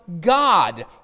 God